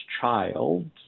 child